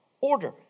order